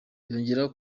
yongeraho